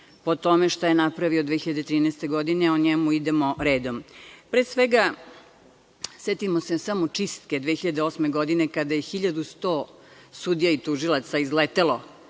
po tome šta je napravio 2013. godine. O njemu idemo redom. Pre svega, setimo se samo čistke 2008. godine kada je 1.100 sudija i tužilaca izletelo,